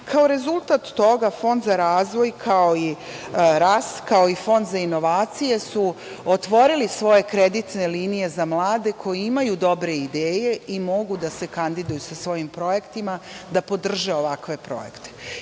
rezultat toga Fond za razvoj, kao i RAS, kao i Fond za inovacije su otvorili svoje kreditne linije za mlade koji imaju dobre ideje i mogu da se kandiduju sa svojim projektima, da podrže ovakve projekte.